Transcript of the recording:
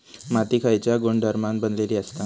माती खयच्या गुणधर्मान बनलेली असता?